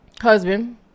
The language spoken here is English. husband